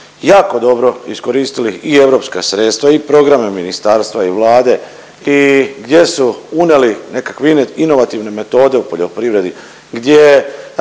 jako dobro iskoristili i europska sredstava i programe ministarstva i Vlada i gdje su uneli nekakve inovativne metode u poljoprivredi, gdje